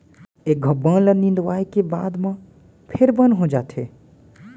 एक घौं बन ल निंदवाए के बाद म फेर बन हो जाथे